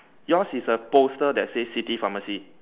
yours is a poster that say city pharmacy